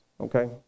okay